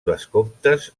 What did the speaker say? vescomtes